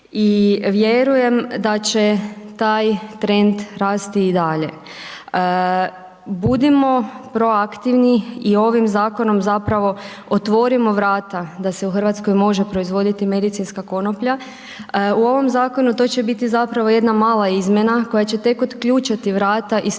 i vjerujem da će taj trend rast i dalje. Budimo proaktivni i ovim zakonom zapravo otvorimo vrata da se u RH može proizvoditi medicinska konoplja. U ovom zakonu, to će biti zapravo jedna mala izmjena koja će tek otključati vrata i slijedit